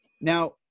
Now